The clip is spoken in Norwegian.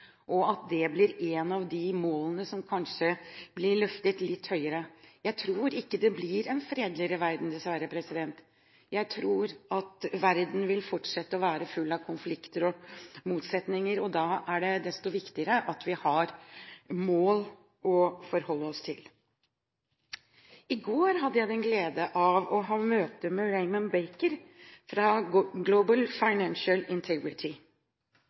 og at det blir et av de målene som kanskje blir løftet litt høyere. Jeg tror ikke det blir en fredeligere verden, dessverre, jeg tror at verden vil fortsette å være full av konflikter og motsetninger. Da er det desto viktigere at vi har mål å forholde oss til. I går hadde jeg gleden av å ha møte med Raymond Baker fra Global Financial Integrity.